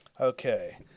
Okay